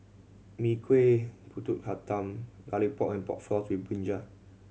Mee Kuah Pulut Hitam Garlic Pork and Pork Floss with brinjal